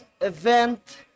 Event